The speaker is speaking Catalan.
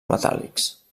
metàl·lics